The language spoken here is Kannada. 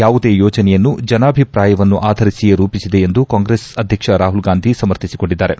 ಯಾವುದೇ ಯೋಜನೆಯನ್ನು ಜನಾಭಿಪ್ರಾಯವನ್ನು ಆಧರಿಸಿಯೇ ರೂಪಿಸಿದೆ ಎಂದು ಕಾಂಗ್ರೆಸ್ ಅಧ್ಯಕ್ಷ ರಾಹುಲ್ ಗಾಂಧಿ ಸಮರ್ಥಿಸಿಕೊಂಡಿದ್ದಾರೆ